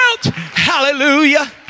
hallelujah